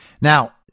Now